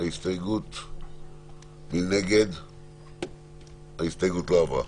ההסתייגות לא עברה.